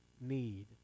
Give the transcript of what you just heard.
need